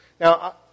Now